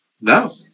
No